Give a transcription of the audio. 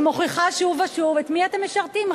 היא מוכיחה שוב ושוב את מי אתם משרתים,